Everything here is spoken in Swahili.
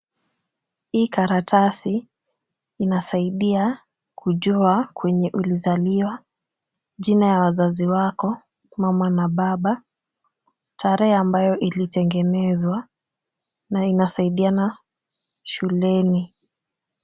Hii karatasi inasaidia kujua kwenye ulizaliwa, jina ya wazazi wako, mama na baba, tarehe ambayo ilitengenezwa na inasaidia na shuleni.